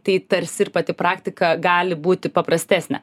tai tarsi ir pati praktika gali būti paprastesnė